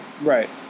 Right